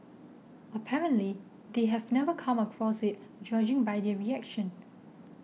apparently they have never come across it judging by their reaction